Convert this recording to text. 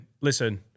listen